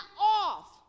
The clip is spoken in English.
off